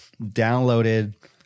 downloaded